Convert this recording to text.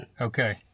Okay